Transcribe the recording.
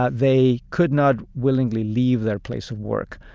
ah they could not willingly leave their place of work.